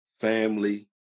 family